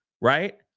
right